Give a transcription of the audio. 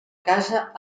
casa